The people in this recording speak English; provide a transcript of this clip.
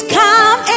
come